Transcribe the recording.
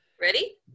Ready